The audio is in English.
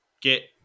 Get